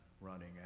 running